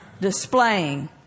displaying